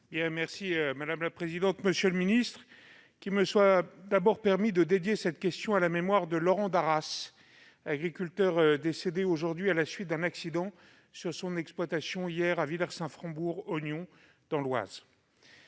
M. Édouard Courtial. Monsieur le ministre, qu'il me soit d'abord permis de dédier cette question à la mémoire de Laurent Darras, agriculteur décédé à la suite d'un accident dans son exploitation, hier, à Villers-Saint-Frambourg-Ognon, dans l'Oise.